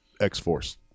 x-force